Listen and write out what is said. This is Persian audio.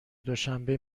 دوشنبه